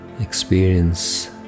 experience